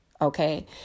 okay